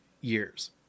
years